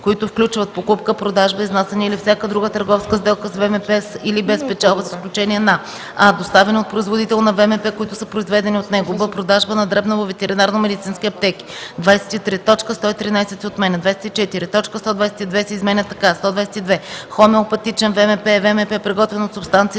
които включват покупка, продажба, изнасяне или всяка друга търговска сделка с ВМП със или без печалба, с изключение на: а) доставяне от производител на ВМП, които са произведени от него; б) продажба на дребно във ветеринарномедицински аптеки”. 23. Точка 113 се отменя. 24. Точка 122 се изменя така: „122. „Хомеопатичен ВМП” е ВМП, приготвен от субстанции,